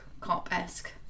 cop-esque